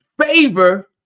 Favor